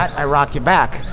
i rock you back.